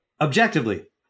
objectively